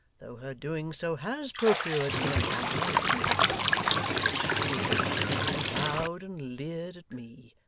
though her doing so has procured me an honour i didn't expect with that he bowed and leered at me,